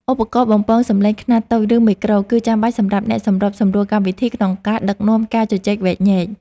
ឧបករណ៍បំពងសំឡេងខ្នាតតូច ឬ មេក្រូ គឺចាំបាច់សម្រាប់អ្នកសម្របសម្រួលកម្មវិធី ក្នុងការដឹកនាំការជជែកវែកញែក។